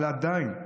אבל עדיין,